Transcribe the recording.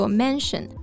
mansion